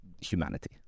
humanity